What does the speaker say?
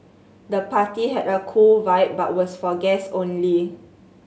the party had a cool vibe but was for guest only